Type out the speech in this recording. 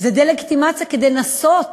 זה דה-לגיטימציה כדי לנסות